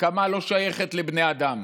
נקמה לא שייכת לבני אדם'